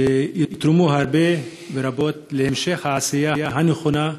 שיתרמו רבות להמשך העשייה הנכונה,